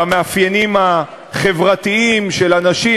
במאפיינים החברתיים של אנשים,